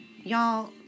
Y'all